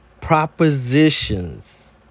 propositions